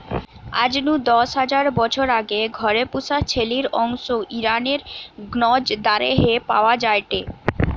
আজ নু দশ হাজার বছর আগে ঘরে পুশা ছেলির অংশ ইরানের গ্নজ দারেহে পাওয়া যায়টে